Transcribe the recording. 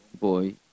boy